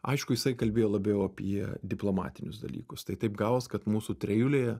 aišku jisai kalbėjo labiau apie diplomatinius dalykus tai taip gavos kad mūsų trijulė